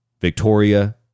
Victoria